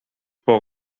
bod